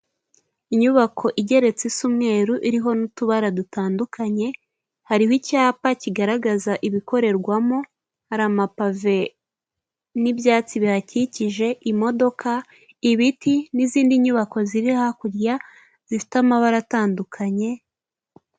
Inyubako igeretse isa umweru iriho n'utubara dutandukanye, hariho icyapa kigaragaza ibikorerwamo hari amapave n'ibyatsi bihakikije ,imodoka ,ibiti n'izindi nyubako ziri hakurya zifite amabara atandukanye.